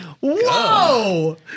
Whoa